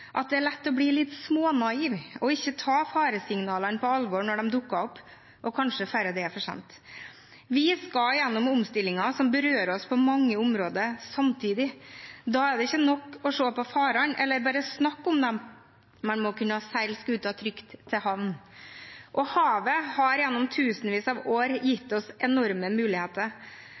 at det er lett å bli litt smånaiv og ikke ta faresignalene på alvor når de dukker opp – og kanskje ikke før det er for sent. Vi skal gjennom omstillinger som berører oss på mange områder samtidig. Da er det ikke nok å se på farene eller bare å snakke om dem, man må kunne seile skuta trygt i havn. Havet har gjennom tusenvis av år gitt oss enorme muligheter.